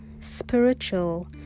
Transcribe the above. spiritual